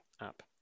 app